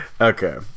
Okay